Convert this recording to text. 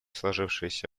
сложившейся